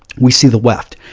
we see the left.